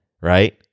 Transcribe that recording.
right